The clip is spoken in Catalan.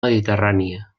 mediterrània